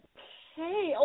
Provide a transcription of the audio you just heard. Okay